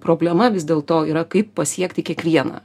problema vis dėl to yra kaip pasiekti kiekvieną